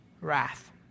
wrath